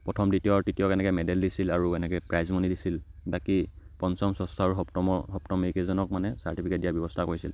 প্ৰথম দ্বিতীয় আৰু তৃতীয়ক এনেকৈ মেডেল দিছিল আৰু এনেকৈ প্ৰাইজমণি দিছিল বাকী পঞ্চম ষষ্ঠ আৰু সপ্তমৰ সপ্তম এইকেইজনক মানে চাৰ্টিফিকেট দিয়াৰ ব্যৱস্থা কৰিছিল